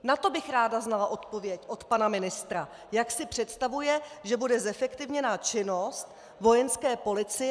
Na to bych ráda znala odpověď od pana ministra, jak si představuje, že bude zefektivněna činnost Vojenské policie.